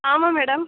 ஆமாம் மேடம்